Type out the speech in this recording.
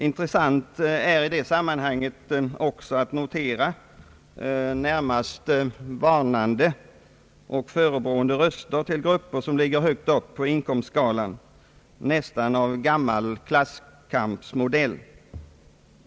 Intressant är i det sammanhanget också att notera närmast varnande och förebrående röster till grupper som ligger högt upp på inkomstskalan, nästan av gammal klasskampsmodell.